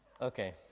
Okay